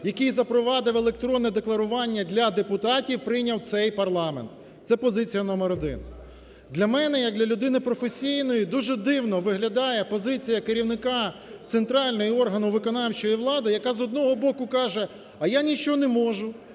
який запровадив електронне декларування для депутатів, прийняв цей парламент. Це позиція номер один. Для мене як для людини професійної дуже дивно виглядає позиція керівника центрального органу виконавчої влади, яка, з одного боку, каже: "А я нічого не можу;